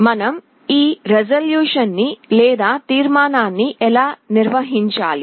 మనం ఈ రిజల్యూషన్ ని లేదా తీర్మానాన్ని ఎలా నిర్వచించాలి